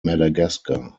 madagascar